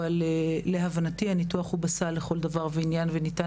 אבל להבנתי הניתוח בסל לכל דבר ועניין וניתן